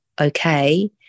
okay